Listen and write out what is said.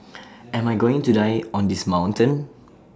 am I going to die on this mountain